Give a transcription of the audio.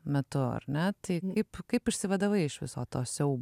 metu ar ne taip kaip kaip išsivadavai iš viso to siaubo